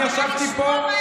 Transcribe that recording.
אני ישבתי פה,